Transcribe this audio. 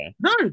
no